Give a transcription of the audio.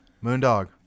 Moondog